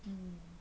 mmhmm